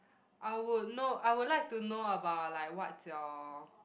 I would know I would like to know about like what's your